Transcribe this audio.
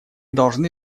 должны